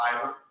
fiber